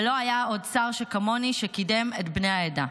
ולא היה עוד שר שכמוני שקידם את בני העדה.